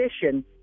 position